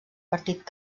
partit